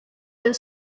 the